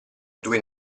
due